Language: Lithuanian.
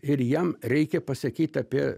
ir jam reikia pasakyt apie